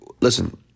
listen